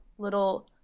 little